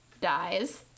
dies